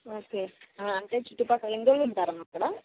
okay అంటే చుట్టుపక్కల ఎన్ని రోజులు ఉంటారమ్మా అక్కడ